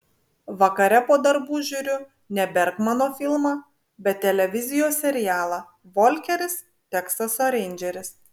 vakare po darbų žiūriu ne bergmano filmą bet televizijos serialą volkeris teksaso reindžeris